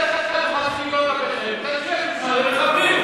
אתם צבועים.